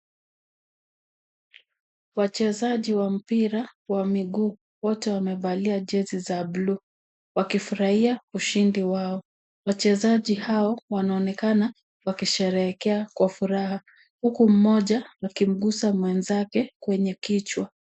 Wachezaji wa mpira wa miguu, wote wamevalia jezi za bluu , wakifurahia ushindi wao , wachezaji hao wanaonekana wakisherehekea kwa furaha ,huku mmoja akimguza mwenzake kwenye kichwa.